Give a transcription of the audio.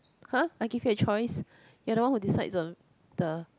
!huh! I give you a choice you're the one who decides on the